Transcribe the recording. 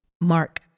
Mark